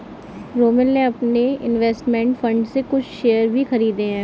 रोमिल ने अपने investment fund से कुछ शेयर भी खरीदे है